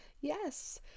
Yes